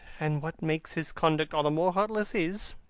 and what makes his conduct all the more heartless is,